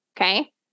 okay